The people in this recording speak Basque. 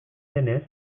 denez